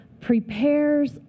prepares